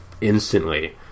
instantly